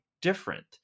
different